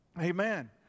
Amen